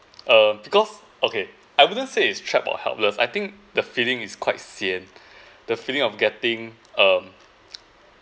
um because okay I wouldn't say it's trapped or helpless I think the feeling is quite sian the feeling of getting um